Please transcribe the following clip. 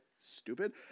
stupid